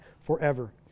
forever